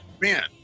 Man